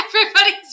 everybody's